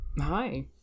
Hi